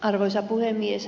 arvoisa puhemies